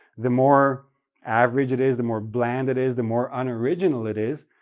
the more average it is, the more bland it is, the more unoriginal it is,